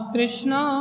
Krishna